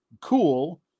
cool